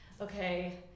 okay